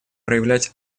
проявлять